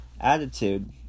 attitude